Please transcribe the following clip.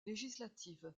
législative